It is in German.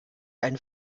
einen